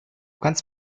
kannst